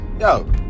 Yo